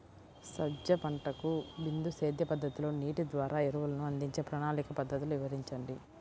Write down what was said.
సజ్జ పంటకు బిందు సేద్య పద్ధతిలో నీటి ద్వారా ఎరువులను అందించే ప్రణాళిక పద్ధతులు వివరించండి?